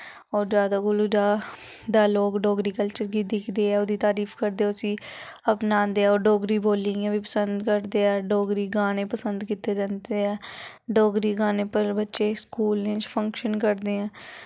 होर जैदा कोलू जैदा लोग डोगरी कल्चर गी दिखदे ऐ औह्दा तारीफ करदे उस्सी अपनांदे होर डोगरी बोली इ'यां बी पसंद करदे ऐ डोगरी गाने पसंद कीते जंदे ऐ डोगरी गाने पर बच्चे स्कूलें च फंक्शन करदे ऐ